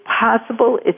possible